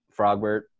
frogbert